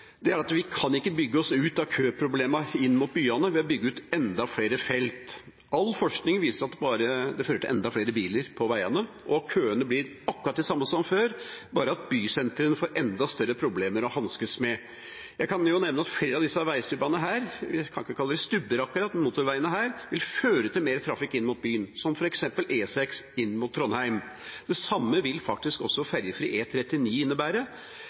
få svar på. Vi kan ikke bygge oss ut av køproblemer inn mot byene ved å bygge ut enda flere felt. All forskning viser at det bare fører til enda flere biler på veiene, og køene blir akkurat de samme som før, bare at bysentrene får enda større problemer å hanskes med. Jeg kan nevne at flere av disse veistubbene – en kan vel ikke kalle det stubber akkurat, de motorveiene her – vil føre til mer trafikk inn mot byen, som f.eks. E6 inn mot Trondheim. Det samme vil faktisk også ferjefri E39 innebære,